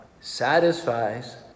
satisfies